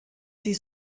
sie